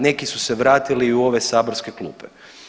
Neki su se vratili i u ove saborske klupe.